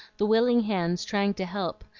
the willing hands trying to help,